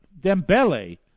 Dembele